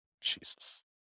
Jesus